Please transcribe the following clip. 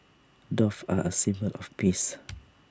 doves are A symbol of peace